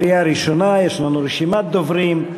בקריאה ראשונה יש לנו רשימת דוברים.